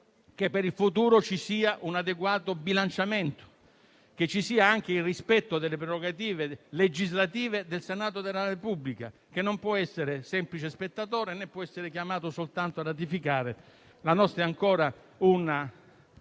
che per il futuro ci sia un adeguato bilanciamento e il rispetto delle prerogative legislative del Senato della Repubblica, che non può essere semplice spettatore, né può essere chiamato soltanto a ratificare. La nostra è ancora una